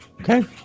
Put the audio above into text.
Okay